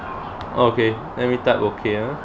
okay then we type okay ah